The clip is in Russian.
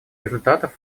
результатов